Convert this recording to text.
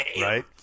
right